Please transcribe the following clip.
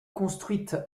construite